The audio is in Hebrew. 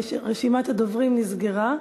רשימת הדוברים נסגרה,